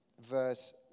verse